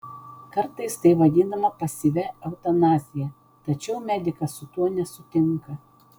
kartais tai vadinama pasyvia eutanazija tačiau medikas su tuo nesutinka